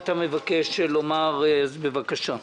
בבקשה.